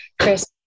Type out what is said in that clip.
Chris